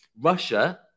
Russia